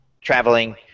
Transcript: traveling